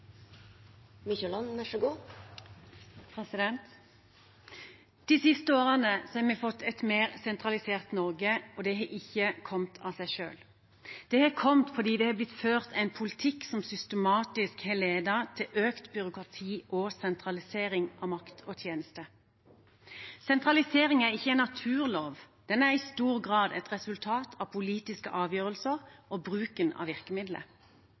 De siste årene har vi fått et mer sentralisert Norge, og det har ikke kommet av seg selv. Det har kommet fordi det er blitt ført en politikk som systematisk har ledet til økt byråkrati og sentralisering av makt og tjenester. Sentralisering er ikke en naturlov, det er i stor grad et resultat av politiske avgjørelser og bruken av virkemidler.